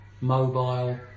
mobile